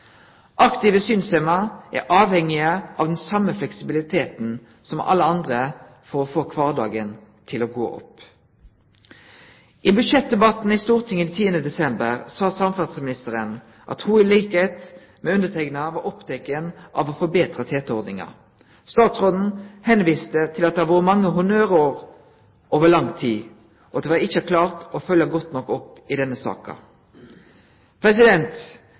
Aktive synshemma er avhengige av den same fleksibiliteten som alle andre for å få kvardagen til å gå opp. I budsjettdebatten i Stortinget den 10. desember sa samferdselsministeren at ho i likskap med meg var oppteken av å forbetre TT-ordninga. Statsråden viste til at det har vore mange honnørord over lang tid, og at vi ikkje har klart å følgje godt nok opp i denne saka.